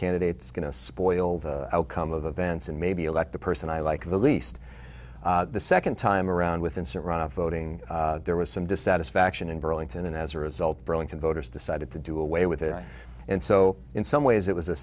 candidates going to spoil the outcome of events and maybe elect the person i like the least the second time around with instant runoff voting there was some dissatisfaction in burlington and as a result burlington voters decided to do away with it and so in some ways it was a